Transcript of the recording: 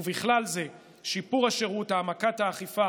ובכלל זה שיפור השירות והעמקת האכיפה